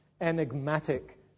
enigmatic